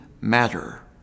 matter